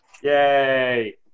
Yay